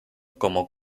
como